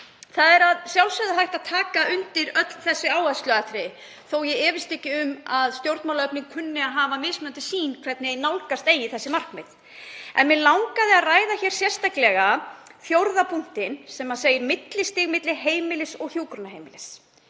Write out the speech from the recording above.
Það er að sjálfsögðu hægt að taka undir öll þessi áhersluatriði, þótt ég efist ekki um að stjórnmálaöflin kunni að hafa mismunandi sýn á það hvernig nálgast eigi þessi markmið. En mig langaði að ræða hér sérstaklega fjórða punktinn, þar sem talað er um millistig milli heimilis og hjúkrunarheimilis.